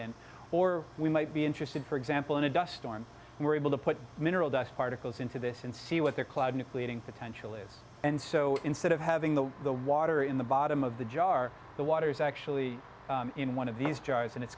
in or we might be interested for example in a dust storm and we're able to put mineral dust particles into this and see what their cloud new cleaning potential is and so instead of having the the water in the bottom of the jar the water is actually in one of these jars and it's